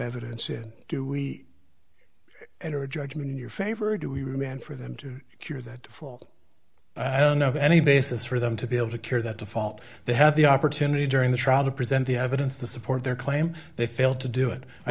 evidence in do we and or judgment in your favor or do we remain for them to cure that fault i don't know of any basis for them to be able to cure that default they had the opportunity during the trial to present the evidence to support their claim they failed to do it i